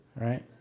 right